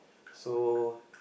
so